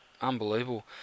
Unbelievable